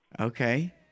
Okay